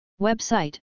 Website